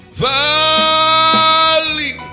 valley